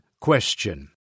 Question